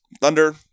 Thunder